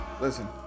Listen